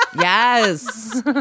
yes